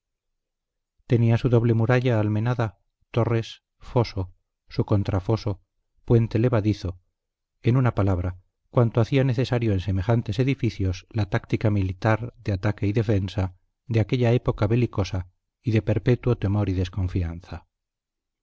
tenía su doble muralla almenada torres foso su contrafoso puente levadizo en una palabra cuanto hacía necesario en semejantes edificios la táctica militar de ataque y defensa de aquella época belicosa y de perpetuo temor y desconfianza